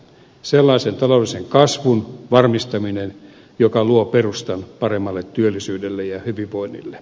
sellaisen taloudellisen kasvun varmistaminen joka luo perustan paremmalle työllisyydelle ja hyvinvoinnille